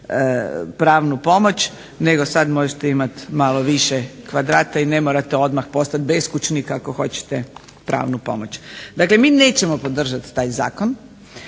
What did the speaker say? pravnu pomoć, nego sada možete imati malo više kvadrata i ne morate odmah postati beskućnik ako hoćete pravnu pomoć. Dakle, mi nećemo podržati taj zakon,